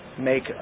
make